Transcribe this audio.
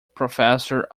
professor